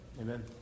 Amen